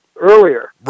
earlier